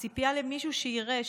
ציפייה למישהו שיראה,